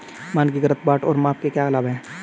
मानकीकृत बाट और माप के क्या लाभ हैं?